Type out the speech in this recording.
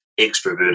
extroverted